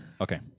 Okay